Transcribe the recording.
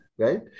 Right